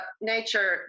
nature